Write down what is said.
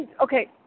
Okay